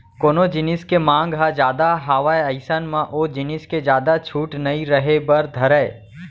कोनो जिनिस के मांग ह जादा हावय अइसन म ओ जिनिस के जादा छूट नइ रहें बर धरय